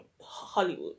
Hollywood